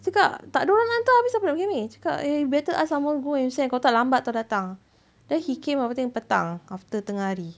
cakap tak ada orang hantar habis siapa nak pergi ambil cakap !hey! better ask someone go and send kalau tak lambat [tau] datang then he came apa time petang after tengah hari